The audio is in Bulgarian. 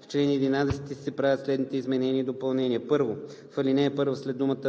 В чл. 11 се правят следните изменения и допълнения: 1. В ал. 1 след думата